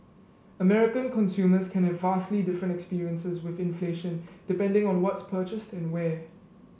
American consumers can have vastly different experiences with inflation depending on what's purchased and where